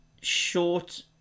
short